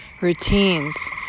routines